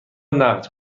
نقد